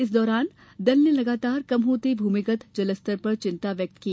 इस दौरान दल ने लगातार कम होते भूमिगत जल पर चिन्ता व्यक्त की